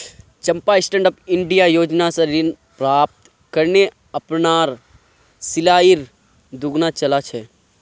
चंपा stand up India योजना स ऋण प्राप्त करे अपनार सिलाईर दुकान चला छ